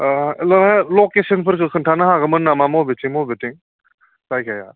लकेसनफोरखौ खोन्थानो हागोमोन नामा बबेथिं बबेथिं जायगाया